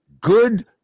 Good